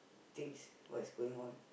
things what is going on